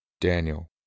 Daniel